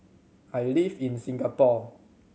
I live in Singapore